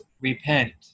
repent